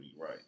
Right